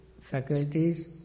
faculties